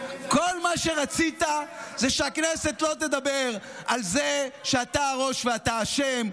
כל מה שרצית זה שהכנסת לא תדבר על זה שאתה הראש ואתה אשם,